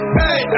hey